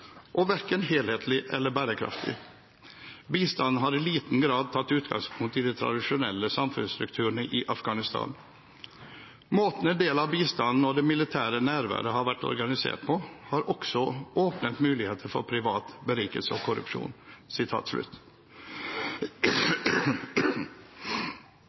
og verken helhetlig eller bærekraftig. Bistanden har i liten grad tatt utgangspunkt i de tradisjonelle samfunnsstrukturene i Afghanistan. Måten en del av bistanden og det militære nærværet har vært organisert på, har også åpnet muligheter for privat berikelse og korrupsjon.»